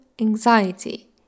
anxiety